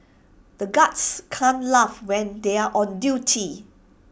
the guards can't laugh when they are on duty